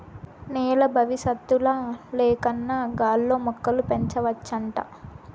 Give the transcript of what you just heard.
నేల బవిసత్తుల లేకన్నా గాల్లో మొక్కలు పెంచవచ్చంట